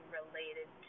related